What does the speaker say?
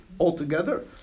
altogether